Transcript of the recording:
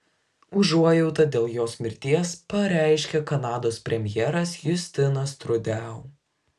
užuojautą dėl jos mirties pareiškė kanados premjeras justinas trudeau